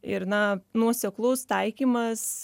ir na nuoseklus taikymas